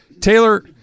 Taylor